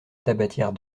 tabatière